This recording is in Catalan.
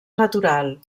natural